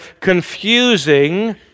confusing